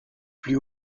plus